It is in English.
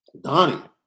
Donnie